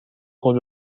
خود